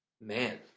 Man